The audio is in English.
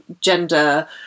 gender